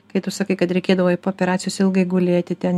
kai tu sakai kad reikėdavo po operacijos ilgai gulėti ten